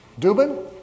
Dubin